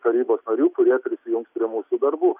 tarybos narių kurie prisijungs prie mūsų darbų